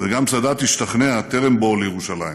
וגם סאדאת השתכנע טרם בואו לירושלים